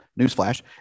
newsflash